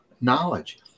knowledge